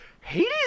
Hades